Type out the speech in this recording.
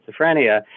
schizophrenia